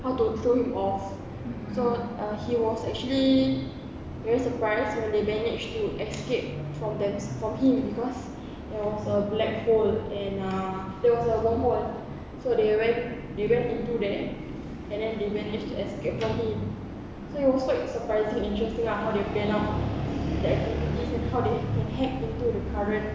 how to throw him off so uh he was actually very surprised when they managed to escape from them from him because it was a black hole and uh there was a wormhole so they went they went into that and then they manage to escape lah so it was quite surprising interesting ah how they plan out the activities and how they hack into the current